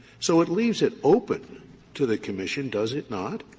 so it leaves it open to the commission, does it not,